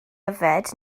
yfed